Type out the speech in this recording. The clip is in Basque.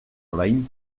orain